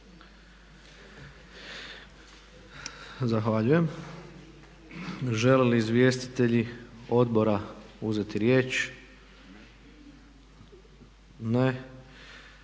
Zahvaljujem. Žele li izvjestitelji odbora uzeti riječ? Ne.